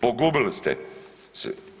Pogubili ste se.